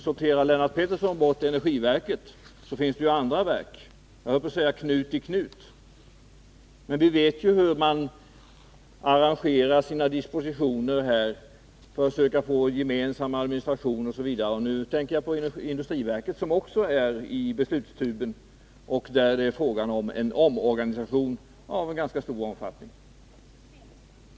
Sorterar Lennart Pettersson bort energiverket finns det ju andra verk, jag höll på att säga knut i knut. Och vi vet hur man arrangerar sina dispositioner för att försöka få fram gemensam administration, osv. Nu tänker jag på industriverket, som också är ”i beslutstuben” , och där är det fråga om en omorganisation av ganska stor omfattning.